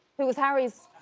who was harry's